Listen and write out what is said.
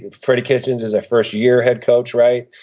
ah pretty kitchens is a first year head coach right.